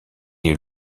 est